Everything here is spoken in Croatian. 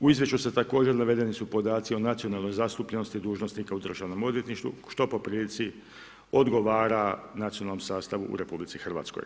U izvješću su također navedeni podaci o nacionalnoj zastupljenosti dužnosnika u Državnom odvjetništvu što po prilici odgovara nacionalnom sastavu u RH.